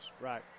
right